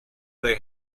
they